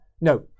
No